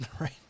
Right